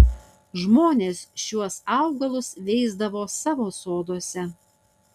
žmonės šiuos augalus veisdavo savo soduose